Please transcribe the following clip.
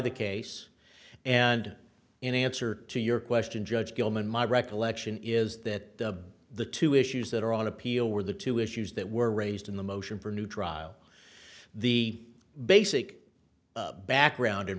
the case and in answer to your question judge gilman my recollection is that the two issues that are on appeal were the two issues that were raised in the motion for new trial the basic background and